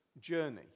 journey